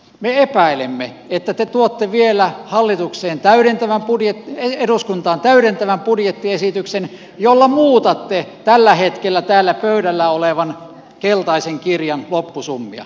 me epäilemme että te tuotte vielä eduskuntaan täydentävän budjettiesityksen jolla muutatte tällä hetkellä täällä pöydällä olevan keltaisen kirjan loppusummia